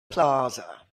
plaza